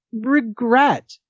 regret